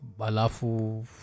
Balafu